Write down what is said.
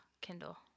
Kindle